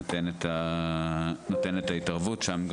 נותן את ההתערבות שם,